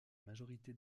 majorité